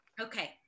okay